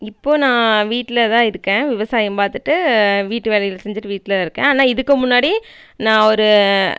இப்போ நான் வீட்டில் தான் இருக்கேன் விவசாயம் பார்த்துட்டு வீட்டு வேலைகள் செஞ்சுவிட்டு வீட்டில் தான் இருக்கேன் ஆனால் இதுக்கு முன்னாடி நான் ஒரு